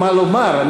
ומה לומר.